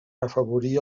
afavorir